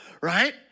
right